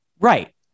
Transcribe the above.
right